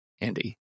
Andy